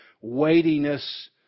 weightiness